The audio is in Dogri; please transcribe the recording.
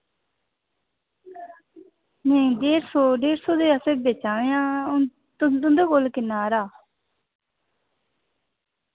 नेईं डेढ़ सौ डेढ़ सौ दे अस बेचा ने आं हुन तुं तुंदे कोल किन्ना हारा